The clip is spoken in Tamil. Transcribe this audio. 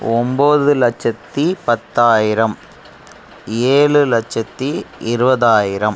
ஒம்போது லட்சத்தி பத்தாயிரம் ஏழு லட்சத்தி இருபதாயிரம்